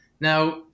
Now